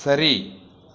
சரி